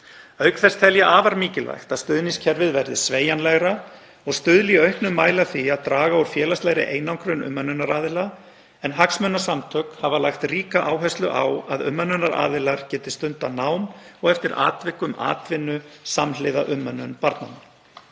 Auk þess tel ég afar mikilvægt að stuðningskerfið verði sveigjanlegra og stuðli í auknum mæli að því að draga úr félagslegri einangrun umönnunaraðila en hagsmunasamtök hafa lagt ríka áherslu á að umönnunaraðilar geti stundað nám og eftir atvikum atvinnu samhliða umönnun barnanna.